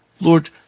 Lord